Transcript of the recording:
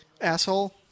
Asshole